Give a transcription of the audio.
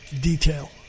detail